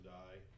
die